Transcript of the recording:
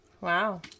Wow